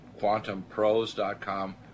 quantumpros.com